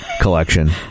collection